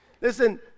Listen